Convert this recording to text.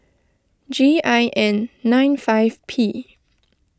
G I N nine five P